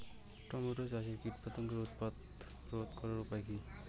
Tomato চাষে কীটপতঙ্গের উৎপাত রোধ করার উপায় কী?